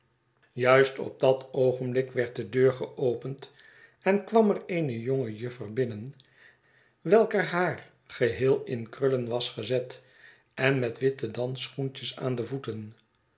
juist op dat oogenblik weid de deurgeopend en kwam er eene jonge juffer binnen welker haar geheel in krullen was gezet en met witte dansschoentjes aan de voeten